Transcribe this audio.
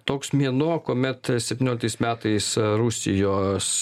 toks mėnuo kuomet septynioliktais metais rusijos